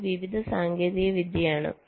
ഇത് വിവിധ സാങ്കേതിക വിദ്യയാണ്